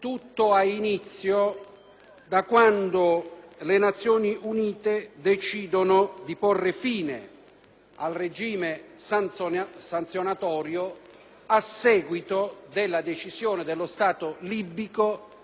al regime sanzionatorio a seguito della decisione dello Stato libico di accettare l'autorità internazionale sul caso Lockerbie.